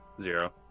Zero